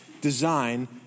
design